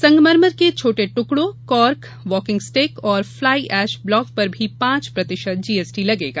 संगमरमर के छोटे ट्कड़ों कॉर्क वॉकिंग स्टिक और फ्लाई ऐश ब्लॉक पर भी पांच प्रतिशत जीएसटी लगेगा